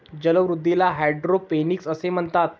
जलवृद्धीला हायड्रोपोनिक्स असे म्हणतात